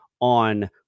on